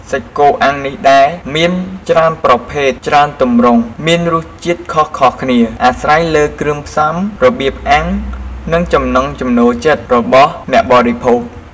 សាច់គោអាំងនេះដែរមានច្រើនប្រភេទច្រើនទម្រង់ មានរសជាតិខុសៗគ្នា អាស្រ័យលើគ្រឿងផ្សំ របៀបអាំង និងចំណង់ចំណូលចិត្តរបស់អ្នកបរិភោគ។